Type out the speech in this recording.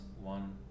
One